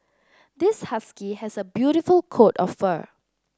this husky has a beautiful coat of fur